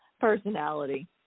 personality